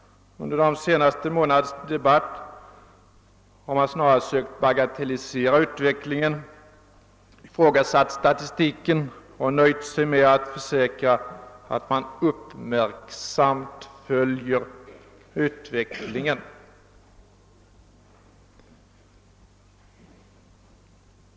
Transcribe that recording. Under de senaste månadernas debatt har man snarast försökt bagatellisera utvecklingen, ifrågasatt statistikens riktighet och nöjt sig med att försäkra att man uppmärksamt följer utvecklingen.